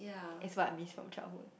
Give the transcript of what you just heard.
is what I miss from childhood